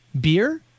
Beer